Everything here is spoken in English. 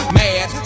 mad